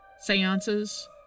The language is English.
seances